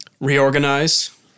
Reorganize